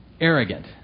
Arrogant